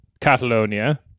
Catalonia